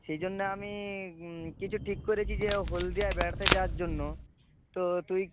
সেই জন্যে আমি কিছু ঠিক করেছি যে হলদিয়ায় বেড়াতে যাওয়ার জন্য তো তুই